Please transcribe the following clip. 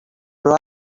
però